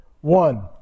One